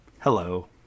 Hello